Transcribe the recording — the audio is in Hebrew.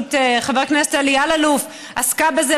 בראשות חבר הכנסת אלי אלאלוף עסקה בזה